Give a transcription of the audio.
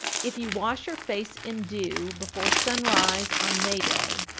if you wash your face in dew before sunrise on may day,